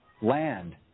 land